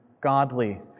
godly